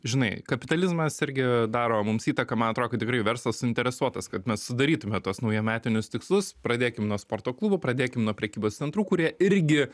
žinai kapitalizmas irgi daro mums įtaką man atro kad tikrai verslas suinteresuotas kad mes sudarytume tuos naujametinius tikslus pradėkim nuo sporto klubo pradėkim nuo prekybos centrų kurie irgi